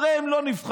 הרי אם לא נבחרנו,